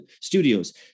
studios